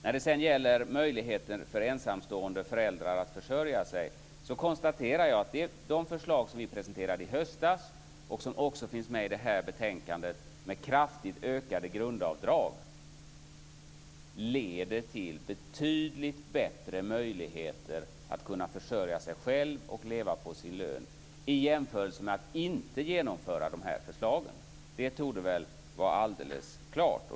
När det sedan gäller möjligheter för ensamstående föräldrar att försörja sig konstaterar jag att om de förslag som vi presenterade i höstas, och som också finns med i det här betänkandet, om kraftigt ökade grundavdrag genomförs leder det till betydligt bättre möjligheter att försörja sig själv och leva på sin lön. Det torde väl vara alldeles klart.